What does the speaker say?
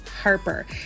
Harper